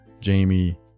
Jamie